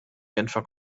genfer